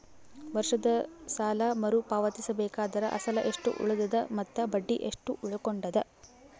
ವರ್ಷದ ಸಾಲಾ ಮರು ಪಾವತಿಸಬೇಕಾದರ ಅಸಲ ಎಷ್ಟ ಉಳದದ ಮತ್ತ ಬಡ್ಡಿ ಎಷ್ಟ ಉಳಕೊಂಡದ?